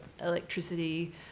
electricity